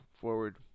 forward